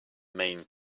main